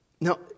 Now